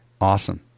Awesome